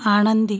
आनंदी